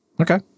Okay